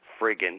friggin